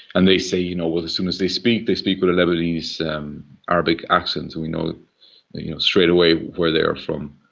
and they say, you know, as soon as they speak they speak with a lebanese um arabic accent and we know straightaway where they are from.